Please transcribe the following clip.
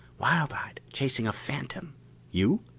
wild-eyed, chasing a phantom you?